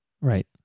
Right